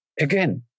again